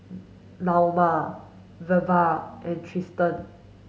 Naoma Velva and Tristen